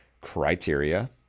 criteria